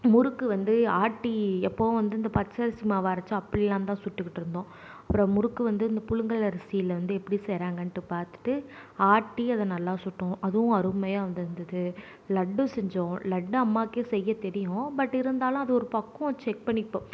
முறுக்கு வந்து ஆட்டி எப்பவும் வந்து இந்த பச்சரிசி மாவு அரைச்சு அப்படிலாம் தான் சுட்டுகிட்டு இருந்தோம் அப்புறோம் முறுக்கு வந்து இந்த புழுங்கல் அரிசியில வந்து எப்படி செய்கிறாங்கன்ட்டு பார்த்துட்டு ஆட்டி அதில் நல்லா சுட்டோம் அதுவும் அருமையாக வந்திருந்துது லட்டு செஞ்சோம் லட்டு அம்மாவுக்கே செய்ய தெரியும் பட் இருந்தாலும் அது ஒரு பக்குவம் செக் பண்ணிக்கிட்டோம்